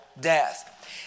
death